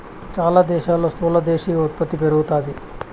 చాలా దేశాల్లో స్థూల దేశీయ ఉత్పత్తి పెరుగుతాది